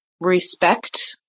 respect